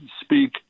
speak